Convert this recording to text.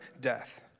death